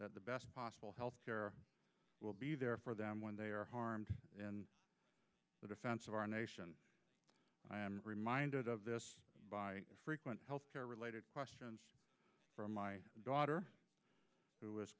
that the best possible health care will be there for them when they are harmed in the defense of our nation i am reminded of this by frequent health care related questions from my daughter who is